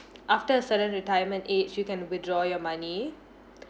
after a certain retirement age you can withdraw your money